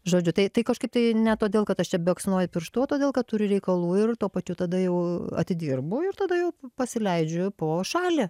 žodžiu tai tai kažkaip tai ne todėl kad aš čia beksnoju pirštu o todėl kad turi reikalų ir tuo pačiu tada jau atidirbu ir tada jau pasileidžiu po šalį